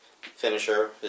finisher